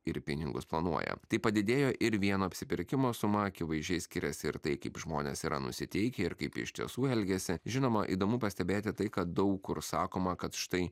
ir pinigus planuoja tai padidėjo ir vieno apsipirkimo suma akivaizdžiai skiriasi ir tai kaip žmonės yra nusiteikę ir kaip jie iš tiesų elgiasi žinoma įdomu pastebėti tai kad daug kur sakoma kad štai